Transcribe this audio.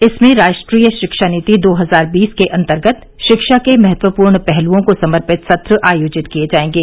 इसमें राष्ट्रीय शिक्षा नीति दो हजार बीस के अंतर्गत शिक्षा के महत्वपूर्ण पहलुओं को समर्पित सत्र आयोजित किए जाएंगे